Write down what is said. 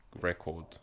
record